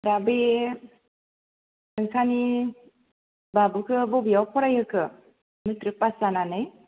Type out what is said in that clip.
दा बे नोंथांनि बाबुखौ बबेयाव फराय होखो मेट्रिक पास जानानै